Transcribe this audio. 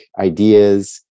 ideas